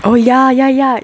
oh ya ya ya